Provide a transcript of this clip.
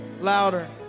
louder